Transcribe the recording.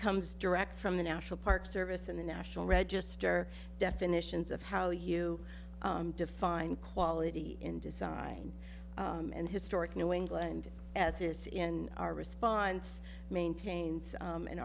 comes direct from the national park service and the national register definitions of how you define quality in design and historic new england as is in our response maintains